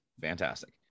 fantastic